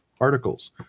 articles